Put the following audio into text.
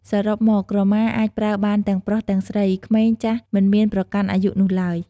សរុបមក ក្រមាអាចប្រើបានទាំងប្រុសទាំងស្រី ក្មេង ចាស់ មិនមានប្រកាន់អាយុនោះឡើយ។